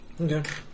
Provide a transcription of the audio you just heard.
Okay